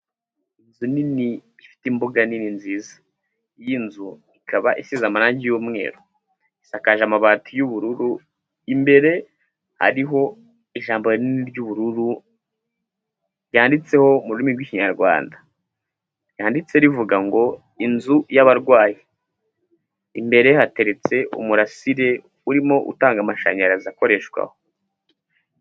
Inzu nini ifite imbuga nini nziza, iyi nzu ikaba isize amarangi y'umweru, isakaje amabati y'ubururu, imbere hariho ijambo rinini ry'ubururu ryanditseho murimi rw'ikinyarwanda, ryanditseho rivuga ngo inzu y'abarwayi, imbere hateretse umurasire urimo utanga amashanyarazi akoreshwa aho.